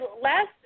last